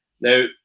Now